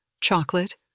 Chocolate